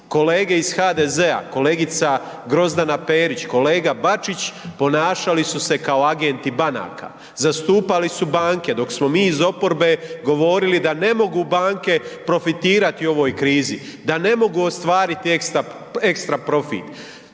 kolege iz HDZ-a, kolegica Grozdana Perić, kolega Bačić, ponašali su se kao agenti banaka, zastupali su banke dok smo mi iz oporbe govorili da ne mogu banke profitirati u ovoj krizi, da ne mogu ostvariti ekstra profit.